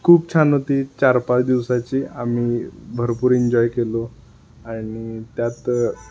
खूप छान होती चार पाच दिवसाची आम्ही भरपूर इन्जॉय केलो आणि त्यात